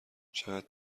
چقدر